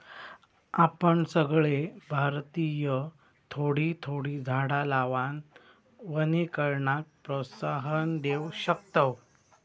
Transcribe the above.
आपण सगळे भारतीय थोडी थोडी झाडा लावान वनीकरणाक प्रोत्साहन देव शकतव